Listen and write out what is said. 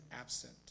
absent